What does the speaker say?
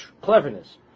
Cleverness